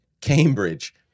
Cambridge